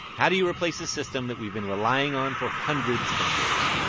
how do you replace a system that we've been relying on for hundreds of years?